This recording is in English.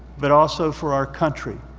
but also for our country.